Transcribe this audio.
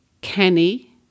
Kenny